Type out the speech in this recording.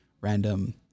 random